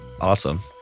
awesome